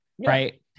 Right